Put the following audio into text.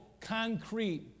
concrete